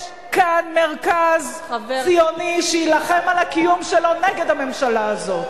יש כאן מרכז ציוני שיילחם על הקיום שלו נגד הממשלה הזאת.